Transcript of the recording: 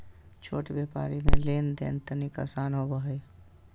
छोट व्यापार मे लेन देन तनिक आसान होवो हय